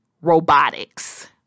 robotics